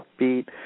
upbeat